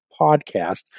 podcast